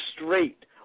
straight